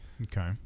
Okay